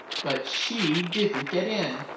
but she didn't get in.